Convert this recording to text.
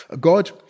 God